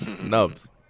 Nubs